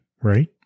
right